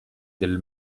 del